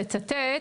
לצטט